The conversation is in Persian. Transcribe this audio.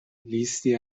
لیستی